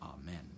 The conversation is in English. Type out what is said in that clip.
Amen